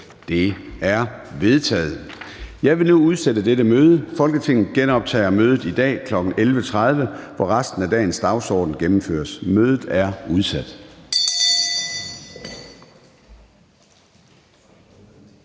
Det er vedtaget. Jeg vil nu udsætte dette møde. Folketinget genoptager mødet i dag kl. 11.30, hvor resten af dagens dagsorden gennemføres. Mødet er udsat.